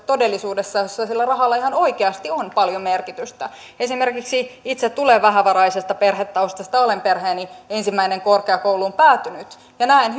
todellisuudessa jossa sillä rahalla ihan oikeasti on paljon merkitystä esimerkiksi itse tulen vähävaraisesta perhetaustasta ja olen perheeni ensimmäinen korkeakouluun päätynyt ja näen